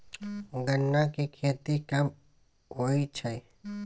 गन्ना की खेती कब होय छै?